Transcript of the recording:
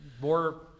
more